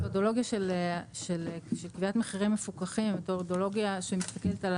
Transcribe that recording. המתודולוגיה של קביעת מחירים מפוקחים היא מתודולוגיה שמסתכלת על